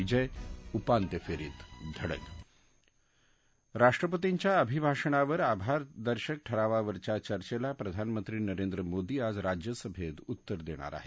विजय उपांत्य फेरीत धडक राष्ट्रपतींच्या अभिभाषणावर आभारदर्शक ठरावावरच्या चचेला प्रधानमंत्री नरेंद्र मोदी आज राज्यसभेत उत्तर देणार आहेत